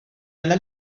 nella